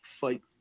fight